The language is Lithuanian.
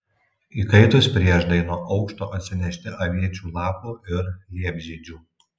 įkaitus prieždai nuo aukšto atsinešti aviečių lapų ir liepžiedžių